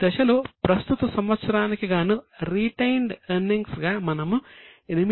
ఈ దశలో ప్రస్తుత సంవత్సరానికి గాను రీటెయిన్డ్ ఎర్నింగ్స్ గా మనము 801